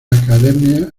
academia